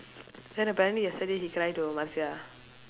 then apparently yesterday he cry to marcia